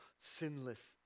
sinless